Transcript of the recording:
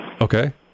Okay